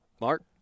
Mark